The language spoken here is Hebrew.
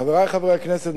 חברי חברי הכנסת,